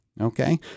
Okay